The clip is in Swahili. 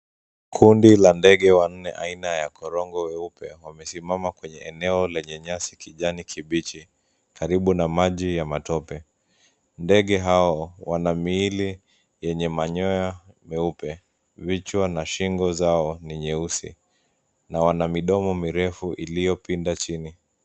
Kundi la ndege wanne aina ya korongo weupe wamesimama kwenye eneo lenye nyasi kijani kibichi karibu na maji ya matope. Ndege hao wana miili yenye manyoa meupe, vichwa na shingo zao ni nyeusi na wana midomo mirefu iliyopinda chini.